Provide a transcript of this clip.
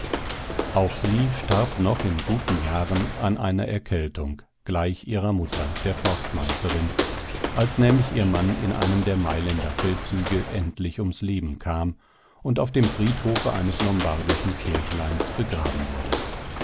auch sie starb noch in guten jahren an einer erkältung gleich ihrer mutter der forstmeisterin als nämlich ihr mann in einem der mailänder feldzüge endlich ums leben kam und auf dem friedhofe eines lombardischen kirchleins begraben wurde